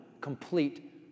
Complete